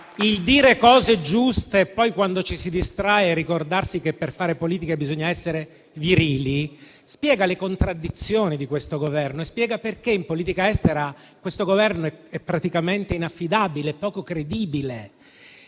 tra dire cose giuste e poi, quando ci si distrae, ricordarsi che per fare politica bisogna essere virili, spiega le contraddizioni di questo Governo e spiega perché in politica estera è praticamente inaffidabile e poco credibile.